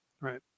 right